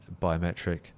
biometric